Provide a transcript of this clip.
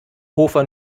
hofer